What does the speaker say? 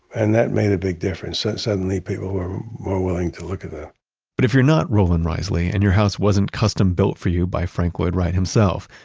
and that made a big difference, so suddenly people were were willing to look at them but if you're not roland reisley and your house wasn't custom-built for you by frank lloyd wright himself,